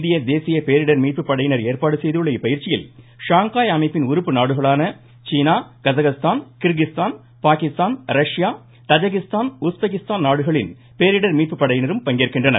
இந்திய தேசிய பேரிடர் மீட்பு படையினர் ஏற்பாடு செய்துள்ள இப்பயிற்சியில் ஷாங்காய் அமைப்பின் உறுப்பு நாடுகளான சீனா Kazakhstan Kyrgyzstan Pakistan Russia Tajikistan Uzbekistan நாடுகளின் பேரிடர் மீட்பு படையினரும் பங்கேற்கின்றனர்